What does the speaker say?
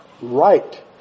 right